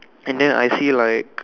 and then I see like